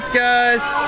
guys!